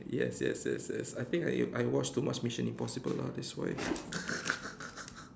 yes yes yes yes I think I I watch too much mission impossible ah that's why